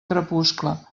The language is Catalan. crepuscle